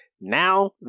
now